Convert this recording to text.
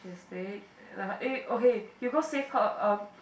just dead eh uh okay you go save her uh